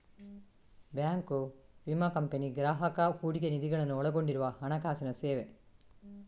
bank, ವಿಮಾ company, ಗ್ರಾಹಕ ಹೂಡಿಕೆ ನಿಧಿಗಳನ್ನು ಒಳಗೊಂಡಿರುವ ಹಣಕಾಸಿನ ಸೇವೆ